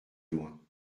loin